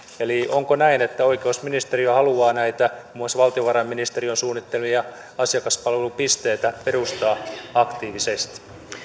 eli onko näin että oikeusministeriö haluaa näitä muun muassa valtiovarainministe riön suunnittelemia asiakaspalvelupisteitä perustaa aktiivisesti